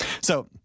So-